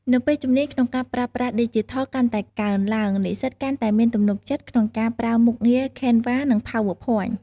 នៅពេលជំនាញក្នុងការប្រើប្រាស់ឌីជីថលកាន់តែកើនឡើង និស្សិតកាន់តែមានទំនុកចិត្តក្នុងការប្រើមុខងាររបស់ Canva និង PowerPoint ។